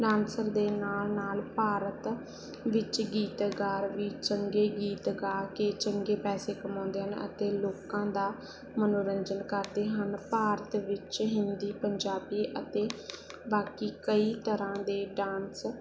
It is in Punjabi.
ਡਾਂਸਰ ਦੇ ਨਾਲ ਨਾਲ ਭਾਰਤ ਵਿੱਚ ਗੀਤਗਾਰ ਵੀ ਚੰਗੇ ਗੀਤ ਗਾ ਕੇ ਚੰਗੇ ਪੈਸੇ ਕਮਾਉਂਦੇ ਹਨ ਅਤੇ ਲੋਕਾਂ ਦਾ ਮਨੋਰੰਜਨ ਕਰਦੇ ਹਨ ਭਾਰਤ ਵਿੱਚ ਹਿੰਦੀ ਪੰਜਾਬੀ ਅਤੇ ਬਾਕੀ ਕਈ ਤਰ੍ਹਾਂ ਦੇ ਡਾਂਸ